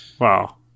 Wow